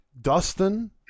Dustin